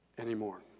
anymore